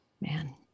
Man